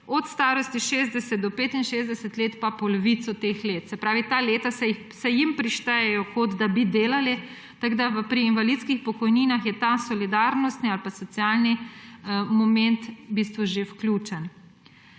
od starosti od 60 do 65 let pa polovico teh let. Se pravi, ta leta se jim prištejejo, kot da bi delali, tako da je pri invalidskih pokojninah ta solidarnostni ali pa socialni moment v bistvu že vključen.